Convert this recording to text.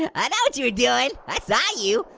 and i know what you were doing, i saw you.